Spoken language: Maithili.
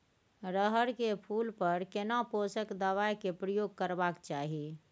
रहर के फूल पर केना पोषक दबाय के प्रयोग करबाक चाही?